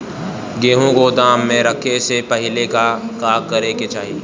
गेहु गोदाम मे रखे से पहिले का का करे के चाही?